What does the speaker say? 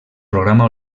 programa